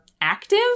active